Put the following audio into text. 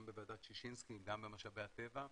גם בוועדת ששינסקי, גם במשאבי הטבע,